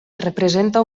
representa